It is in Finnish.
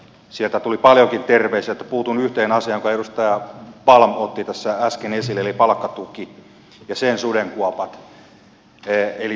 sieltä tuli paljonkin terveisiä mutta puutun yhteen asiaan jonka edustaja palm otti äsken esille eli palkkatuki ja sen sudenkuopat